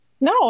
No